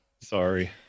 Sorry